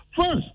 first